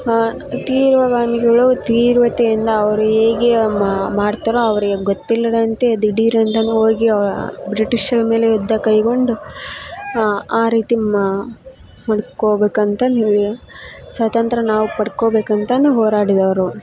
ತೀರ್ವಗಾಮಿಗಳು ತೀರ್ವತೆಯಿಂದ ಅವರು ಹೇಗೆ ಮಾಡ್ತರೋ ಅವರಿಗೆ ಗೊತ್ತಿಲ್ಲದಂತೆ ದಿಢೀರ್ ಅಂತನೂ ಹೋಗಿ ಬ್ರಿಟೀಷರ ಮೇಲೆ ಯುದ್ಧ ಕೈಗೊಂಡು ಆ ರೀತಿ ಮಾ ಹುಡ್ಕೊಬೇಕಂತ ನಿಮಗೆ ಸ್ವತಂತ್ರ್ಯ ನಾವು ಪಡ್ಕೊಬೇಕಂತನು ಹೋರಾಡಿದವರು